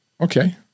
okay